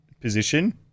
position